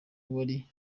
wari